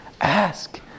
ask